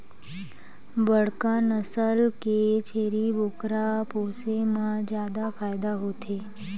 बड़का नसल के छेरी बोकरा पोसे म जादा फायदा होथे